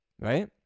Right